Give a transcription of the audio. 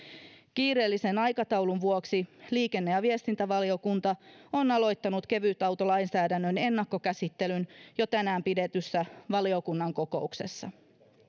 kiireellisen aikataulun vuoksi liikenne ja viestintävaliokunta on aloittanut kevytautolainsäädännön ennakkokäsittelyn jo tänään pidetyssä valiokunnan kokouksessa